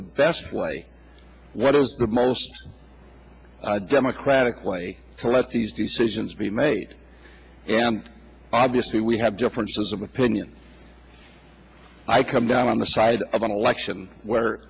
the best way what is the most democratic way to let these decisions be made and obviously we have differences of opinion i come down on the side of an election where